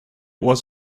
was